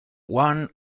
one